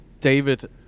David